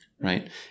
right